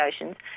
oceans